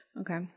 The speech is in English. Okay